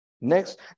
Next